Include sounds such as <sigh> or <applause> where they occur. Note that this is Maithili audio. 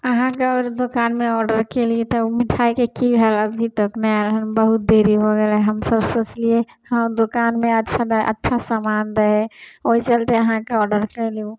अहाँके आओर दोकानमे ऑडर केलिए तऽ ओ मिठाइके कि भेल अभी तक नहि आएल हँ बहुत देरी हो गेलै हमसभ सोचलिए <unintelligible> दोकानमे अच्छा समान दै हइ ओहि चलिते अहाँके ऑडर कएलहुँ